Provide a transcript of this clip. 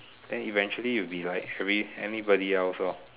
then eventually you will be like really anybody else lor